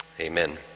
Amen